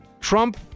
Trump